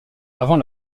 avant